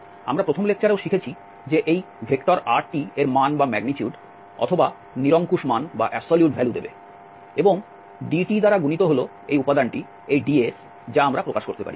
আমরা প্রথম লেকচারেও শিখেছি যে এই r এর মান অথবা নিরঙ্কুশ মান দেবে এবং dt দ্বারা গুণিত হল এই উপাদানটি এই ds যা আমরা প্রকাশ করতে পারি